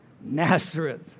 Nazareth